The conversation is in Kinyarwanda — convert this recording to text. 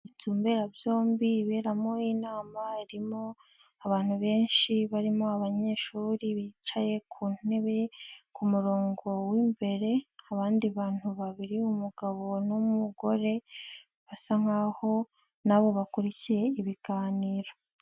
Inzu mberabyombi iberamo inama harimo abantu benshi barimo abanyeshuri bicaye ku ntebe ku murongo w'imbere, abandi bantu babiri umugabo n'umugore basa nkaho nabo bakurikiye ibiganiro.